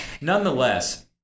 nonetheless